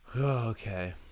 Okay